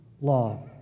law